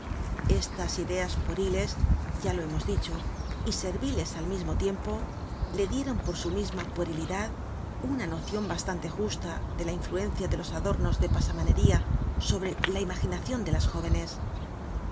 estas ideas pueriles ya lo hemos dicho y serviles al mismo tiempo le dieron por su misma puerilidad una nocion bastante justa de la influencia de los adornos de pasamanería sobre la imaginacion de las jóvenes